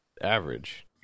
average